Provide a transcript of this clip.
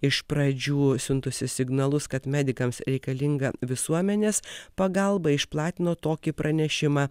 iš pradžių siuntusi signalus kad medikams reikalinga visuomenės pagalba išplatino tokį pranešimą